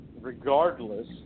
regardless